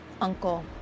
uncle